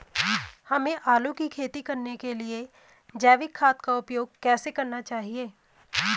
हमें आलू की खेती करने के लिए जैविक खाद का उपयोग कैसे करना चाहिए?